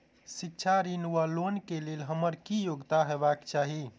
शिक्षा ऋण वा लोन केँ लेल हम्मर की योग्यता हेबाक चाहि?